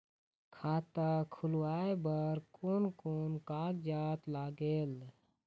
खाता खुलवाय बर कोन कोन कागजात लागेल?